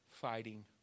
fighting